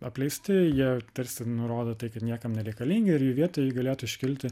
apleisti jie tarsi nurodo tai kad niekam nereikalingi ir jų vietoj galėtų iškilti